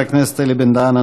חבר הכנסת אלי בן-דהן,